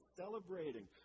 celebrating